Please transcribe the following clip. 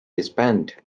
disband